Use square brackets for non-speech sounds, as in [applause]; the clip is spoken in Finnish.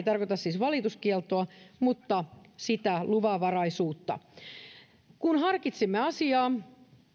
[unintelligible] tarkoita siis valituskieltoa mutta sitä luvanvaraisuutta kun harkitsimme asiaa